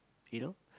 you know